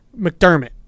McDermott